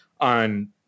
on